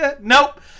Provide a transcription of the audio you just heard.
Nope